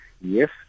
Yes